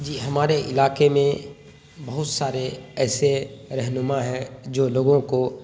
جی ہمارے علاقے میں بہت سارے ایسے رہنما ہیں جو لوگوں کو